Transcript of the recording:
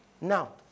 Now